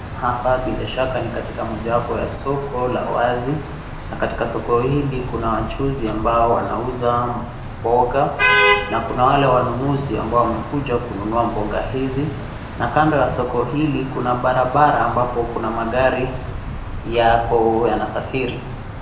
Hapo bilashaka ni katika soko la wazi, na katikati soko hili Kuna wachuuzi ambao wanauza mboga, na Kuna wale wanunuzi ambao wamekuja kununua mboga hizi. Na kando ya soko hili Kuna barabara ambapo Kuna magari ambayo yako yanasafiri.